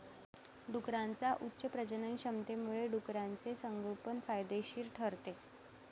डुकरांच्या उच्च प्रजननक्षमतेमुळे डुकराचे संगोपन फायदेशीर ठरते